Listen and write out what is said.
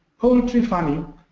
poultry farming,